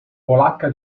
polacca